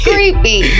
Creepy